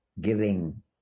giving